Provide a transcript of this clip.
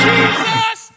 Jesus